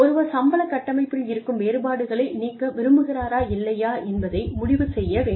ஒருவர் சம்பள கட்டமைப்பில் இருக்கும் வேறுபாடுகளை நீக்க விரும்புகிறாரா இல்லையா என்பதை முடிவு செய்ய வேண்டும்